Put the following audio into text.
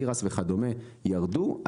תירס וכדומה ירדו.